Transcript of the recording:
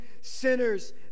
sinners